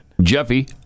Jeffy